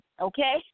Okay